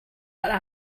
but